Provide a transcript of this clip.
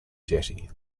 jetty